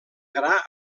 gra